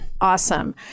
awesome